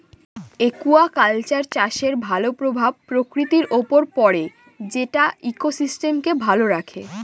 aquaculture চাষের ভালো প্রভাব প্রকৃতির উপর পড়ে যেটা ইকোসিস্টেমকে ভালো রাখে